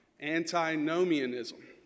Antinomianism